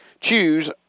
Choose